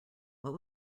what